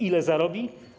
Ile zarobi?